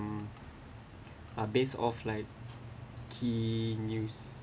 uh base of like key news